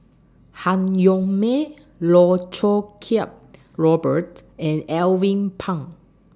Han Yong May Loh Choo Kiat Robert and Alvin Pang